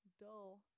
Dull